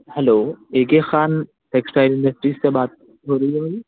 hello A K Khan textile industry سے بات ہو رہی ہے